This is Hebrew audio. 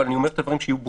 אבל אני אומר דברים ברורים